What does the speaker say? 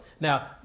Now